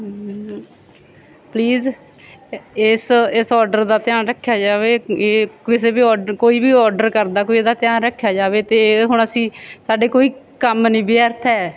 please ਇਸ ਇਸ order ਦਾ ਧਿਆਨ ਰੱਖਿਆ ਜਾਵੇ ਇਹ ਕਿਸੇ ਵੀ ਔਡ ਕੋਈ ਵੀ ਔਡਰ ਕਰਦਾ ਕੋਈ ਇਹਦਾ ਧਿਆਨ ਰੱਖਿਆ ਜਾਵੇ ਅਤੇ ਹੁਣ ਅਸੀਂ ਸਾਡੇ ਕੋਈ ਕੰਮ ਨਹੀਂ ਵਿਅਰਥ ਹੈ